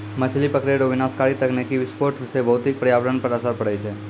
मछली पकड़ै रो विनाशकारी तकनीकी विस्फोट से भौतिक परयावरण पर असर पड़ै छै